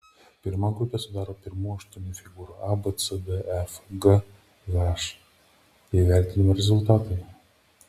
pirmą grupę sudaro pirmųjų aštuonių figūrų a b c d e f g h įvertinimų rezultatai